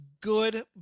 good